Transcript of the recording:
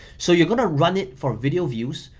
so you're gonna run it for video views.